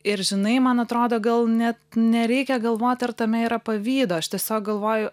ir žinai man atrodo gal net nereikia galvoti ar tame yra pavydo aš tiesiog galvoju